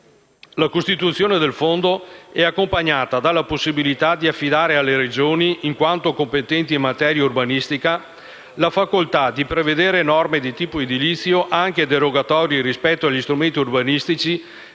La costituzione del Fondo è accompagnata dalla possibilità di affidare alle Regioni, in quanto competenti in materia urbanistica, la facoltà di prevedere norme di tipo edilizio anche derogatorie rispetto agli strumenti urbanistici